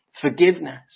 forgiveness